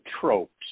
tropes